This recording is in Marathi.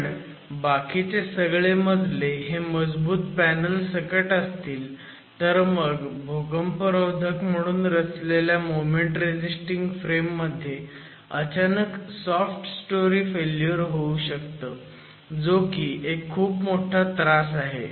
पण बाकीचे सगळे मजले हे मजबूत पॅनल सकट असतील तर मग भूकंपरोधक म्हणून रचलेल्या मोमेंट रेझिस्टिंग फ्रेम मध्ये अचानक सॉफ्ट स्टोरी फेल्युअर होऊ शकतं जो की एक खूप मोठा त्रास आहे